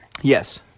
Yes